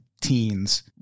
teens